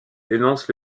dénonce